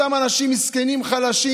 אותם אנשים מסכנים, חלשים,